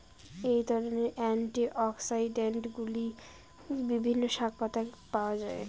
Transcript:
এই ধরনের অ্যান্টিঅক্সিড্যান্টগুলি বিভিন্ন শাকপাতায় পাওয়া য়ায়